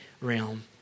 realm